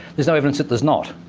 there's no evidence that there's not,